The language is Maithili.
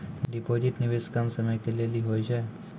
डिपॉजिट निवेश कम समय के लेली होय छै?